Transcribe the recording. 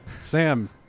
Sam